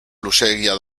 luzeegia